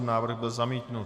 Návrh byl zamítnut.